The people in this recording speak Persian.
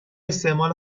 استعمال